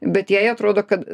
bet jai atrodo kad